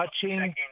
touching